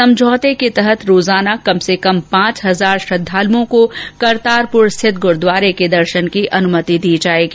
समझौते के तहत रोजाना कम से कम पांच हजार श्रद्धालुओं को करतारपुर स्थित गुरूद्वार के दर्शन की अनुमति दी जाएगी